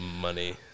money